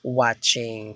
watching